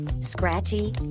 Scratchy